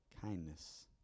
kindness